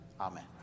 Amen